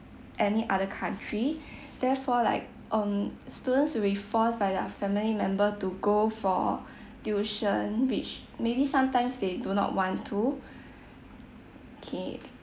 any other country therefore like um students will be forced by their family member to go for tuition which maybe sometimes they do not want to K